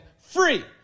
free